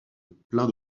plein